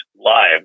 live